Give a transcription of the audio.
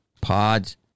Pods